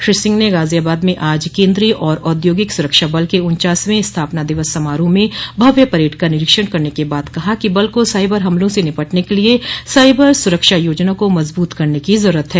श्री सिंह ने गाजियाबाद में आज केन्द्रीय और औद्योगिक सुरक्षा बल के उन्चासवें स्थापना दिवस समारोह में भव्य परेड का निरीक्षण करने के बाद कहा कि बल को साइबर हमलों से निपटने के लिए साइबर सुरक्षा योजना को मजबूत करने की जरूरत है